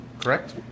correct